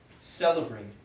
celebrate